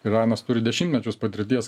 iranas turi dešimtmečius patirties